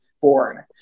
born